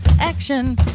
Action